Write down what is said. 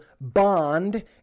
bond